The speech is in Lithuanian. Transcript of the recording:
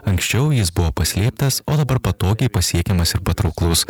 anksčiau jis buvo paslėptas o dabar patogiai pasiekiamas ir patrauklus